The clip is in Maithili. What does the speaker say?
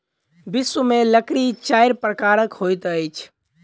विश्व में लकड़ी चाइर प्रकारक होइत अछि